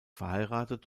verheiratet